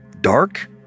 dark